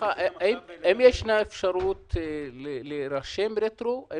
האם ישנה אפשרות להירשם רטרו?